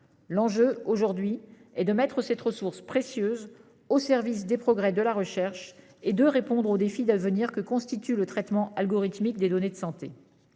L'enjeu est de mettre cette ressource précieuse au service des progrès de la recherche et de répondre au défi d'avenir que constitue le traitement algorithmique des données de santé.